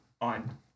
on